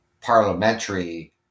parliamentary